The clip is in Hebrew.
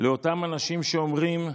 לאותם אנשים שאומרים: